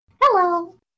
Hello